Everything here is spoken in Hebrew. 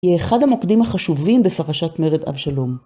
היא אחד המוקדים החשובים בפרשת מרד אבשלום.